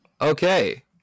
Okay